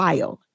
File